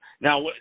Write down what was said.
Now